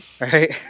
right